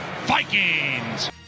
Vikings